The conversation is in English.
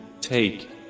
take